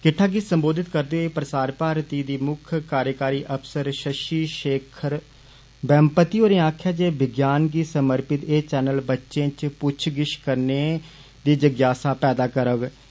किट्टा गी सम्बोधित करदे होई प्रसार भारती दी मुक्ख कार्यकारी अफसर षषि षेख वेमपति होरें आक्खेआ जे विज्ञान गी समर्पित एह चैनल बच्चें च पुच्छ गिच्छ करने जिज्ञासा पैदा करगंन